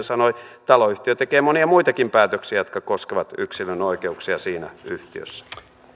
sanoi taloyhtiö tekee monia muitakin päätöksiä jotka koskevat yksilön oikeuksia siinä yhtiössä